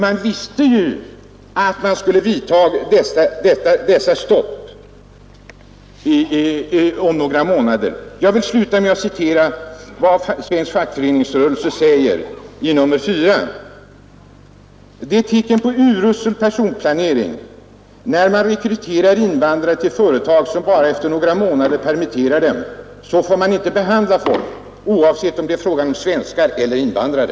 Man visste ju då att man inom några månader skulle införa detta stopp. Jag vill sluta med att citera vad som sägs i nr 4 av ”Fackföreningsrörelsen”: ”Det är tecken på usel personalplanering när man rekryterar invandrare till företag som bara efter några månader permitterar dem. Så får man inte behandla folk — oavsett om det är fråga om svenskar eller invandrare.”